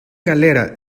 galera